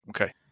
Okay